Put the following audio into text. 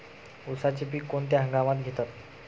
उसाचे पीक कोणत्या हंगामात घेतात?